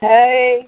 Hey